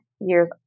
years